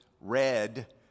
red